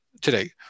today